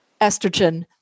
estrogen